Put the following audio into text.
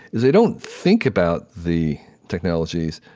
is they don't think about the technologies.